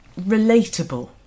relatable